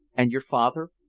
and your father?